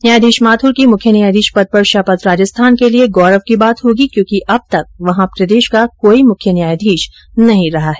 न्यायाधीश माथुर की मुख्य न्यायाधीश पद पर शपथ राजस्थान के लिए गौरव की बात होगी क्योंकि अब तक वहां प्रदेश का कोई मुख्य न्यायाधीश नहीं रहा है